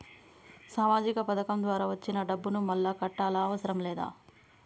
సామాజిక పథకం ద్వారా వచ్చిన డబ్బును మళ్ళా కట్టాలా అవసరం లేదా?